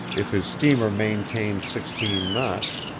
if his steamer maintained sixteen knots,